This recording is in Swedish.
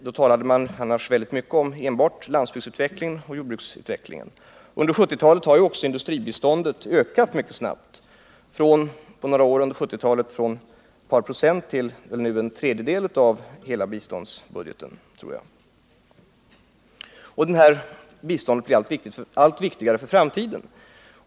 Då talade man annars väldigt mycket om enbart landsbygden och jordbruksutvecklingen. Under några år på 1970-talet har industribiståndet ökat mycket snabbt, från ett par procent till en tredjedel av hela biståndsbudgeten. Detta bistånd blir allt viktigare för framtiden.